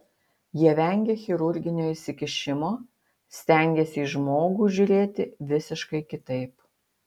jie vengia chirurginio įsikišimo stengiasi į žmogų žiūrėti visiškai kitaip